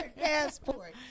passport